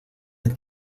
del